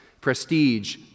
prestige